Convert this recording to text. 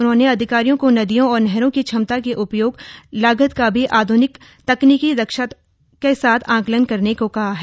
उन्होंने अधिकारियों को नदियों और नहरों की क्षमता के उपयोग लागत का भी आधुनिक तकनीकी दक्षता के साथ आकलन करने को कहा है